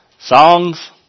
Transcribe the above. songs